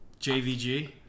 JVG